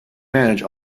manage